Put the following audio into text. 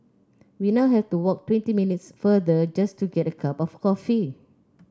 we now have to walk twenty minutes farther just to get a cup of coffee